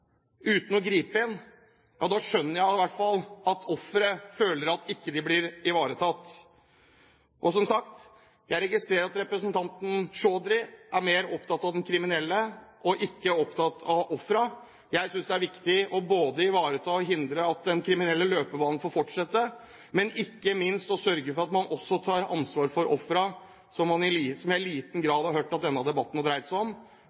uten å gripe inn – da skjønner jeg i hvert fall at ofrene ikke føler at de blir ivaretatt. Jeg registrerer, som sagt, at representanten Chaudhry er mer opptatt av den kriminelle enn av ofrene. Jeg synes det er viktig både å hindre at den kriminelle løpebanen får fortsette, og ikke minst å sørge for at man også tar ansvar for ofrene, som jeg i liten grad har hørt at denne debatten har dreid seg om,